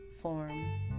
form